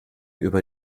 über